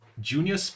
junior